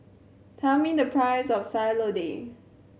tell me the price of Sayur Lodeh